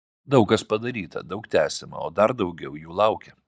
daug kas padaryta daug tęsiama o dar daugiau jų laukia